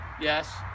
yes